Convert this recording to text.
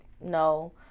no